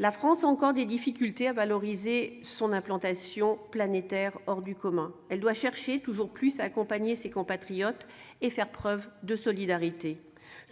La France a encore des difficultés à valoriser son implantation planétaire hors du commun. Elle doit chercher toujours plus à accompagner ses compatriotes et à faire preuve de solidarité.